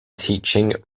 teaching